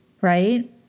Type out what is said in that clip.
Right